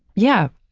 yeah,